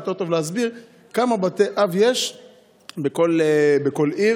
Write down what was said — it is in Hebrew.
יותר טוב להסביר כמה בתי אב יש בכל עיר.